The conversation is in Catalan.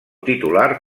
titular